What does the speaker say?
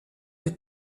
que